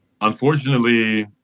Unfortunately